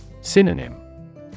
Synonym